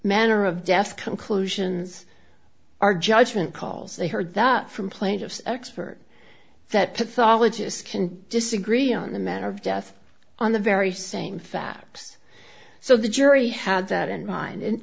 manner of death conclusions are judgment calls they heard that from plaintiff's expert that pathologists can disagree on the manner of death on the very same facts so the jury had that in mind and